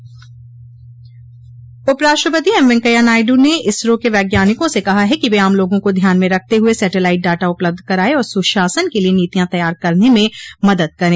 उप राष्ट्रपति एम वैंकैया नायडू ने इसरो के वैज्ञानिकों से कहा है कि वे आम लोगों को ध्यान में रखते हुए सेटेलाइट डाटा उपलब्ध कराए और सुशासन के लिए नीतियां तैयार करने में मदद करें